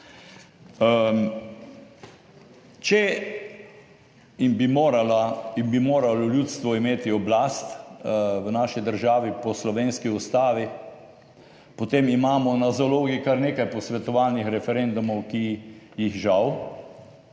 in bi moralo ljudstvo imeti oblast v naši državi po slovenski Ustavi, potem imamo na zalogi kar nekaj posvetovalnih referendumov, ki jih žal